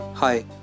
Hi